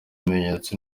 bimenyetso